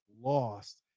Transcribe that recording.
lost